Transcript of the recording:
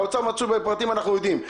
האוצר מצוי בפרטים, אנחנו יודעים.